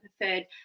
preferred